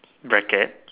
bracket